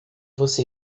você